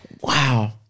wow